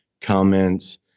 comments